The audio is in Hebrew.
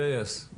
כן.